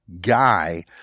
guy